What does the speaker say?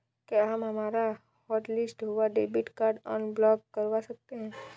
क्या हम हमारा हॉटलिस्ट हुआ डेबिट कार्ड अनब्लॉक करवा सकते हैं?